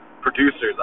producers